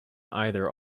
either